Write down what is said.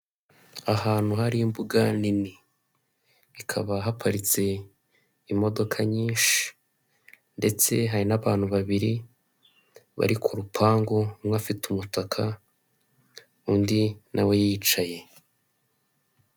Ahantu hari imbuga nini, ikaba haparitse imodoka nyinshi ndetse hari n'abantu babiri bari ku rupangu umwe afite umutaka undi nawe yicaye.